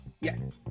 Yes